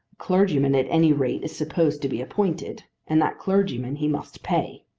clergyman at any rate is supposed to be appointed and that clergyman he must pay.